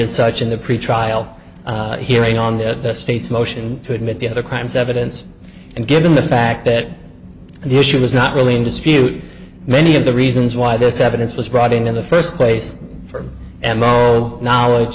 as such in the pretrial hearing on the state's motion to admit the other crimes evidence and given the fact that the issue was not really in dispute many of the reasons why this evidence was brought in in the first place from m o o knowledge